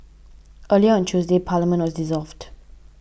earlier on Tuesday Parliament was dissolved